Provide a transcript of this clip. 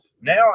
now